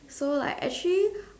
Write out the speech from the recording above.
so like actually